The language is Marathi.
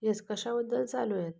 येस कशाबद्दल चालू आहेत